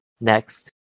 Next